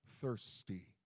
thirsty